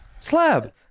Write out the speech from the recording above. Slab